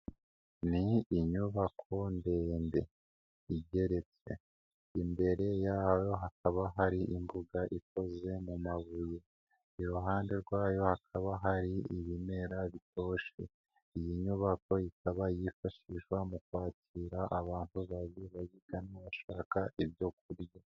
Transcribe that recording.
Ni inyubako ndende igeretse, imbere ayo hakaba hari imbuga ikoze mu mabuye, iruhande rwayo hakaba hari ibimera bitoshye, iyi nyubako ikaba yifashishwa mu kwakira abantu baje bayigana bashaka ibyo kurya.